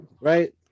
right